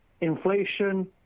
inflation